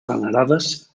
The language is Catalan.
venerades